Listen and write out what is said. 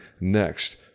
next